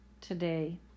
today